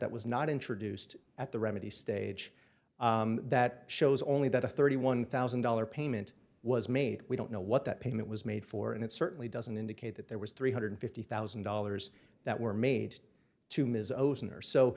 that was not introduced at the remedy stage that shows only that a thirty one thousand dollars payment was made we don't know what that payment was made for and it certainly doesn't indicate that there was three hundred fifty thousand dollars that were made to ms ocean or so